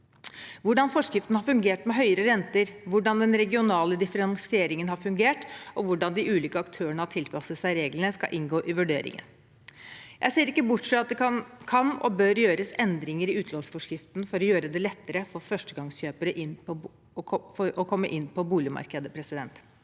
Hvordan forskriften har fungert med høyere renter, hvordan den regionale differensieringen har fungert, og hvordan de ulike aktørene har tilpasset seg reglene, skal inngå i vurderingen. Jeg ser ikke bort fra at det kan og bør gjøres endringer i utlånsforskriften for å gjøre det lettere for førstegangskjøpere å komme inn på boligmarkedet. Flertallet